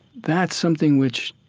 that's something which,